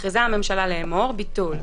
(ביטול),